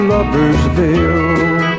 Loversville